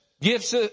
gifts